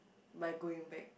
by going back